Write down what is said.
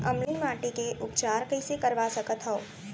अम्लीय माटी के उपचार कइसे करवा सकत हव?